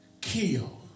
kill